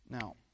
Now